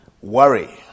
worry